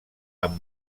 amb